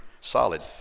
solid